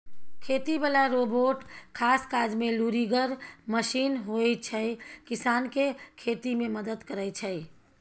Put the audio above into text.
खेती बला रोबोट खास काजमे लुरिगर मशीन होइ छै किसानकेँ खेती मे मदद करय छै